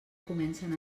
comencen